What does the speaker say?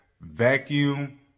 vacuum